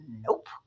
Nope